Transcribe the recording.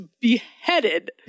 beheaded